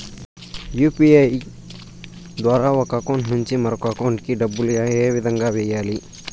UPI ద్వారా ఒక account నుంచి మరొక అకౌంట్ కి డబ్బులు ఏ విధంగా వెయ్యాలి